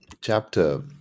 chapter